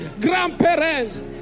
grandparents